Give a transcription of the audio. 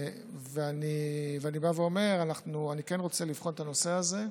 אני בא ואומר שאני כן רוצה לבחון את הנושא הזה,